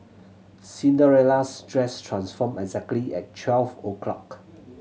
Cinderella's dress transformed exactly at twelve o' clock